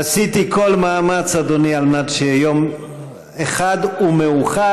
עשיתי כל מאמץ, אדוני, כדי שיהיה יום אחד ומאוחד.